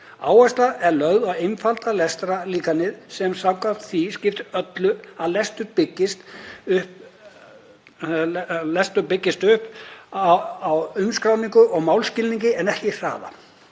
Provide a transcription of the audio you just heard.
Áhersla er lögð á að einfalda lestrarlíkanið og samkvæmt því skiptir öllu að lestur byggist upp á umskráningu og málskilningi en ekki hraða.